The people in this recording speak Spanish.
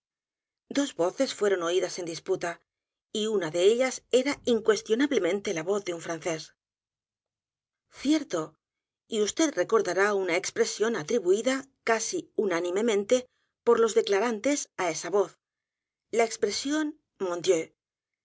los voces fueron oídas en disputa y una de ellas era incuestionablemente la voz de un francés cierto y vd recordará una expresión atribuida casi unánimemente por los declarantes á esa voz la expresión